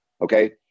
okay